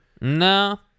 No